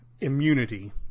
immunity